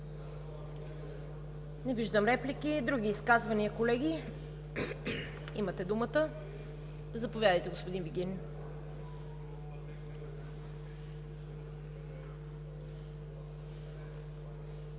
Не виждам. Други изказвания, колеги? Имате думата. Заповядайте, господин Вигенин.